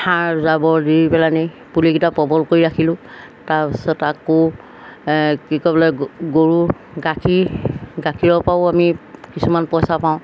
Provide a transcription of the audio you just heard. সাৰ জাবৰ দি পেলাহেনি পুলিকেইটা প্ৰবল কৰি ৰাখিলোঁ তাৰপিছত আকৌ কি কয় বোলে গৰু গাখীৰৰ গাখীৰৰপৰাও আমি কিছুমান পইচা পাওঁ